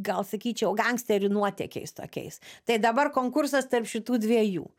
gal sakyčiau gangsterių nuotykiais tokiais tai dabar konkursas tarp šitų dviejų